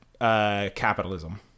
capitalism